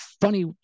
funny